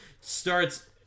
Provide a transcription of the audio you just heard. starts